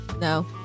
No